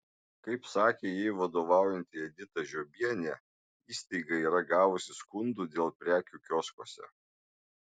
kaip sakė jai vadovaujanti edita žiobienė įstaiga yra gavusi skundų dėl prekių kioskuose